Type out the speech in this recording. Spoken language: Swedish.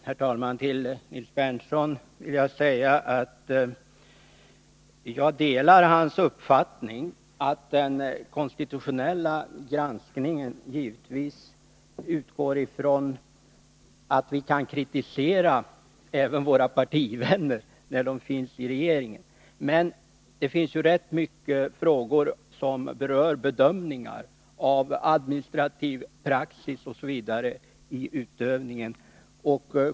Herr talman! Jag delar Nils Berndtsons uppfattning att den konstitutionella granskningen givetvis utgår från att vi kan kritisera våra partikamrater i regeringen. Men det finns ju ganska många frågor som rör bedömningar av administrativ praxis osv. i utövningen.